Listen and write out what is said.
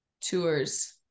tours